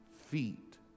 feet